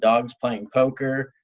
dogs playing poker.